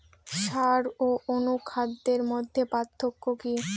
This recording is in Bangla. সার ও অনুখাদ্যের মধ্যে পার্থক্য কি?